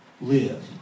live